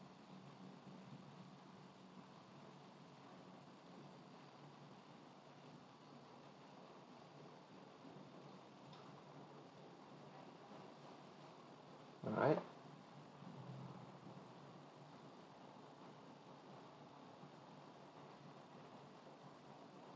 alright